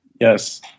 Yes